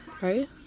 right